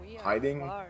hiding